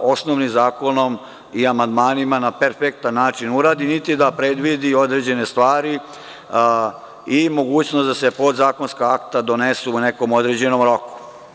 osnovnim zakonom i amandmanima na perfektan način uradi niti da predvidi određene stvari i mogućnost da se podzakonska akta donesu u nekom određenom roku.